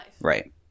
Right